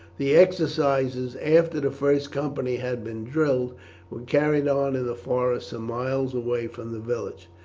the exercises after the first company had been drilled were carried on in the forest some miles away from the village,